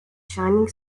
shining